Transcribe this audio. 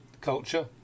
culture